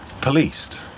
policed